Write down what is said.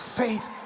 faith